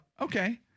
Okay